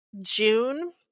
June